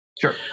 Sure